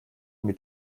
mit